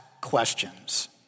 questions